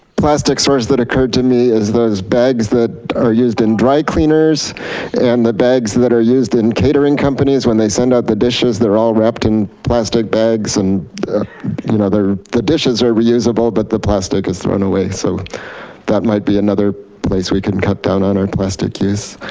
plastic source that occurred to me is those bags that are used in dry cleaners and the bags that are used in catering companies when they send out the dishes, they're all wrapped in plastic bags and you know, the dishes are reusable but the plastic is thrown away. so that might be another place we can cut down on our plastic use.